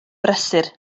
brysur